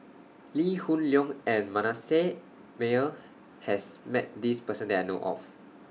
Lee Hoon Leong and Manasseh Meyer has Met This Person that I know of